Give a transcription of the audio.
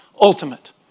ultimate